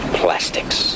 plastics